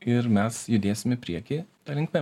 ir mes judėsim į priekį ta linkme